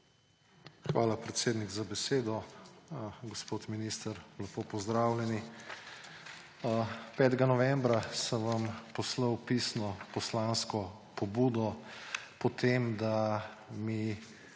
Hvala, predsednik, za besedo. Gospod minister lepo pozdravljeni! 5. novembra sem vam poslal pisno poslansko pobudo, da mi